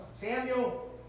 Samuel